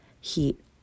heat